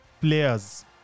players